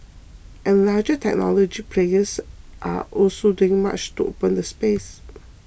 and larger technology players are also doing much to open the space